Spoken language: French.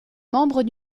membre